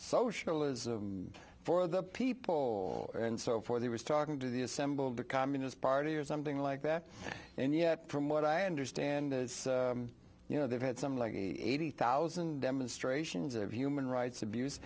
socialism for the people and so forth he was talking to the assembled the communist party or something like that and yet from what i understand you know they've had some like eighty thousand demonstrations of human rights abuse